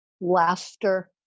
laughter